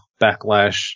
Backlash